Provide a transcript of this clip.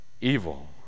evil